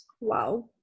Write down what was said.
Wow